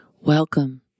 Welcome